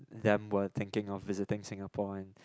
them were thinking of visiting Singapore and